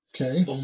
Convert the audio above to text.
Okay